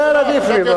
כן, עדיף לי.